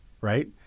right